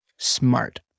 smart